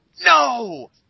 no